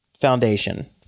foundation